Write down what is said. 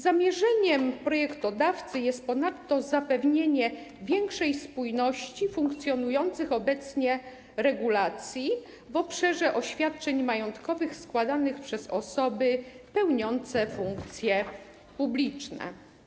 Zamierzeniem projektodawcy jest ponadto zapewnienie większej spójności funkcjonujących obecnie regulacji w obszarze oświadczeń majątkowych składanych przez osoby pełniące funkcje publiczne.